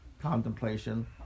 contemplation